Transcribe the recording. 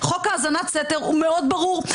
-- חוק האזנת סתר הוא מאוד ברור,